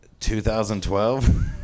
2012